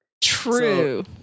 True